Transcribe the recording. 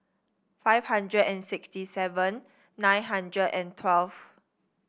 five hundred and sixty seven nine hundred and twelve